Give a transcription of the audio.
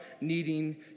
needing